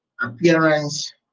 appearance